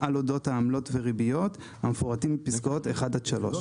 על אודות העמלות וריביות המפורטים בפסקאות (1) עד (3).